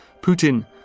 Putin